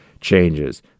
changes